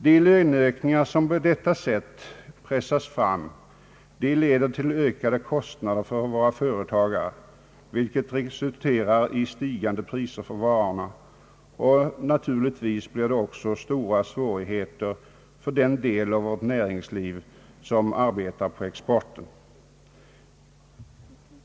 De löneökningar som på detta sätt pressas fram leder till ökade kostnader för företagarna, vilket resulterar i stigande priser för varorna och naturligtvis stora svårigheter för den del av vårt näringsliv som sysslar med export.